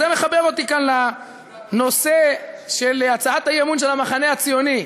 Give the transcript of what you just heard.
זה מחבר אותי לנושא של הצעת האי-אמון של המחנה הציוני,